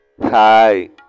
hi